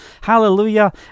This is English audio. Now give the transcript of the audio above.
Hallelujah